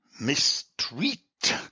mistreat